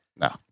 No